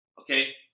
Okay